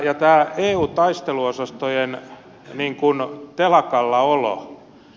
tämä eun taisteluosastojen niin kuin telakalla olo